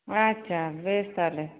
ᱟᱪᱪᱷᱟ ᱵᱮᱥ ᱛᱟᱦᱚᱞᱮ